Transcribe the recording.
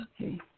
Okay